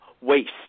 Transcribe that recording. waste